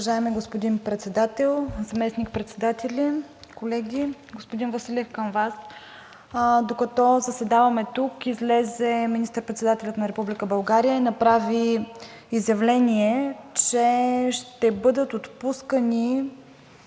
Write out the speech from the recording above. Уважаеми господин Председател, заместник-председатели, колеги! Господин Василев, към Вас – докато заседаваме тук, излезе министър-председателят на Република България и направи изявление, че ще бъде давана